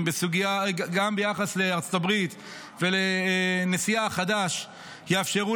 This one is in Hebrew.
בסוגיה גם ביחס לארצות הברית ולנשיאה החדש יאפשרו